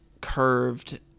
curved